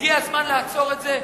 הגיע הזמן לעצור את זה.